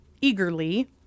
eagerly